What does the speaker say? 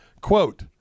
Quote